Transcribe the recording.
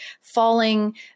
falling